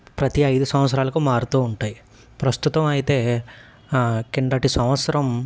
ప్రతీ ఐదు సంవత్సరాలకు మారుతూ ఉంటయ్ ప్రస్తుతం అయితే కిందటి సంవత్సరం